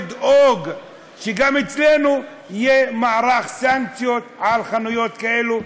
או לדאוג שגם אצלנו יהיה מערך סנקציות על חנויות כאלה,